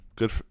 Good